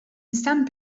some